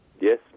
Yes